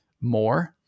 more